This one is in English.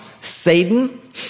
Satan